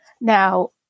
Now